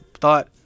thought